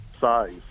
size